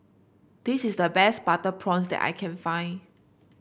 this is the best Butter Prawns that I can find